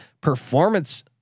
performance